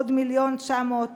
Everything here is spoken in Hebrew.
עוד 1.9 מיליון